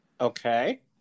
Okay